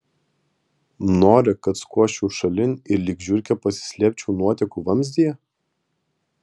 nori kad skuosčiau šalin ir lyg žiurkė pasislėpčiau nuotekų vamzdyje